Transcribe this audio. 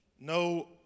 No